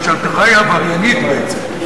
ממשלתך היא עבריינית בעצם,